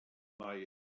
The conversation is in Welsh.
mae